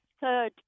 third